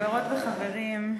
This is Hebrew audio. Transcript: חברות וחברים,